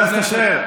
אתה לא מביא תשובות.